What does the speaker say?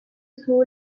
school